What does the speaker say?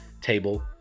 table